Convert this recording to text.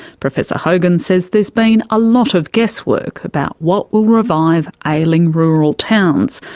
professor hogan says there's been a lot of guesswork about what will revive ailing rural towns,